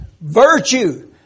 virtue